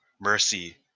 mercy